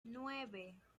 nueve